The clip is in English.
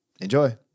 Enjoy